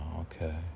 okay